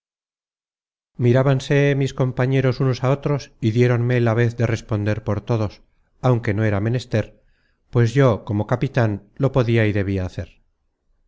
at mirábanse mis compañeros unos a otros y diéronme la vez de responder por todos aunque no era menester pues yo como capitan lo podia y debia hacer